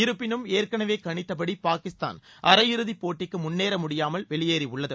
இருப்பினும் ஏற்கனவே கனித்தபடி பாகிஸ்தான் அரையிறுதிப் போட்டிக்கு முன்னேற முடியாமல் வெளியேறியுள்ளது